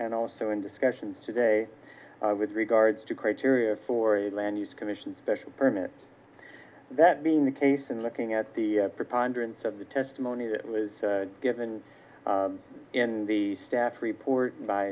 and also in discussions today with regards to criteria for a land use commission special permit that being the case and looking at the preponderance of the testimony that was given in the staff report by